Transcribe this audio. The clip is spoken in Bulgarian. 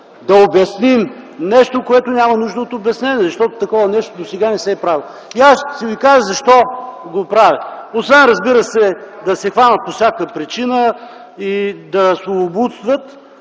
да обясним нещо, което няма нужда от обяснение. Защото такова нещо досега не се е правило. И аз ще Ви кажа защо го правят. Освен, разбира се, да се хвалят по всякаква причина и да словоблудстват,